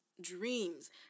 dreams